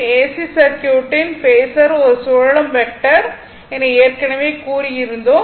AC சர்க்யூட்டில் phasor ஒரு சுழலும் வெக்டர் என ஏற்கனவே கூறி இருந்தோம்